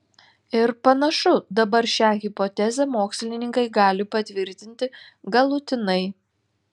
ir panašu dabar šią hipotezę mokslininkai gali patvirtinti galutinai